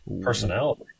personality